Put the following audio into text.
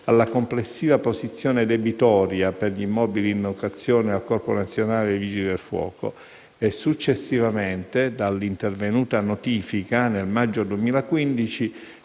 alla complessiva posizione debitoria per gli immobili in locazione al Corpo nazionale dei vigili del fuoco e, successivamente, dall'intervenuta notifica, nel maggio 2015,